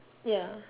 ya